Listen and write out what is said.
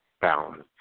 balance